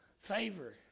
Favor